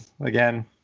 again